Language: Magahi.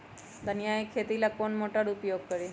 धनिया के खेती ला कौन मोटर उपयोग करी?